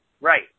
right